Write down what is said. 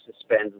suspend